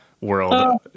world